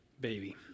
baby